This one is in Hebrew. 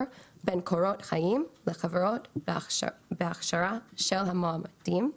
בין קורות חיים והכשרה של המועמדים.